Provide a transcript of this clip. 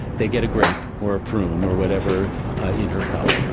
they get a grape or a prune or whatever in her cup.